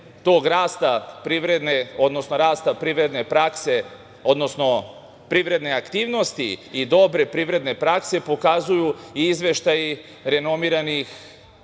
tog rasta privredne prakse, odnosno privredne aktivnosti i dobre privredne prakse pokazuju i izveštaji renomiranih